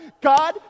god